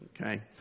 okay